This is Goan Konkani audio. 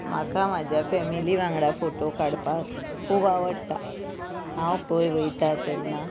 म्हाका म्हज्या फॅमिली वांगडा फोटो काडपाक खूब आवडटा हांव खंय वयतां तेन्ना